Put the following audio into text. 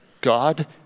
God